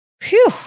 Phew